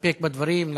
להסתפק בדברים?